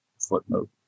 footnote